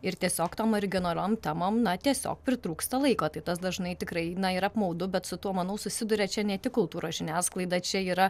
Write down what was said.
ir tiesiog tom originaliom temom na tiesiog pritrūksta laiko tai tas dažnai tikrai na yra apmaudu bet su tuo manau susiduria čia ne tik kultūros žiniasklaida čia yra